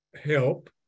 help